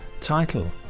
title